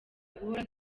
guhora